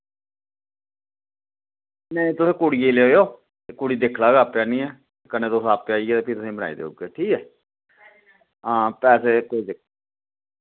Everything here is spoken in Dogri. नेईं तुस कुड़िये ई लेआ आएओ ते कुड़ी दिक्खी लैग आपूं आह्नियै कन्नै तुस आपूं आइयै ते फ्ही तुसें बनाई देई ओड़गे ठीक ऐ हां पैसे